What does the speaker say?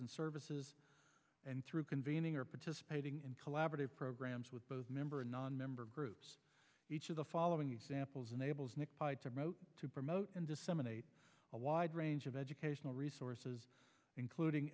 and services and through convening or participating in collaborative programs with both member and nonmember groups each of the following examples enables me to promote and disseminate a wide range of educational resources including